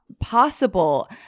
possible